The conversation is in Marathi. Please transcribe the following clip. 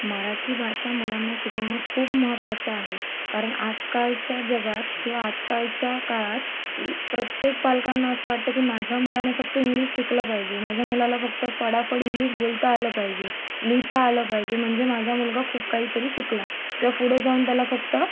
मराठी भाषा मुलांना शिकवणं खूप महत्त्वाचं आहे कारण आजकालच्या जगात किंवा आजकालच्या काळात प्रत्येक पालकांना असं वाटते की माझ्या मुलाने फक्त इंग्लिश शिकलं पाहिजे माझ्या मुलाला फक्त फाडफाड इंग्लिश बोलता आलं पाहिजे लिहिता आलं पाहिजे म्हणजे माझा मुलगा खूप काही तरी शिकला किंवा पुढे जाऊन त्याला फक्त